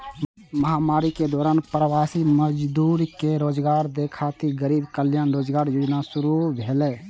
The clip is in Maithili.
महामारी के दौरान प्रवासी मजदूर कें रोजगार दै खातिर गरीब कल्याण रोजगार योजना शुरू भेलै